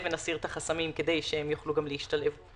ונסיר את החסמים כדי שהם יוכלו להשתלב.